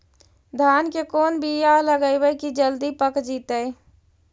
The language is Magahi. धान के कोन बियाह लगइबै की जल्दी पक जितै?